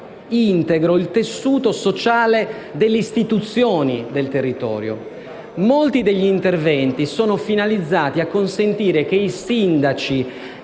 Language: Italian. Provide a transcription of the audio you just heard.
integro il tessuto sociale delle istituzioni del territorio. Molti degli interventi sono finalizzati a consentire che i sindaci,